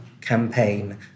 campaign